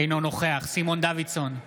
אינו נוכח סימון דוידסון,